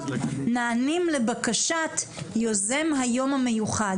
נענים לבקשת יוזם היום המיוחד.